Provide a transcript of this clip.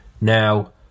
Now